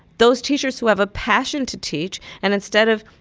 those teachers who have a passion to teach and instead of,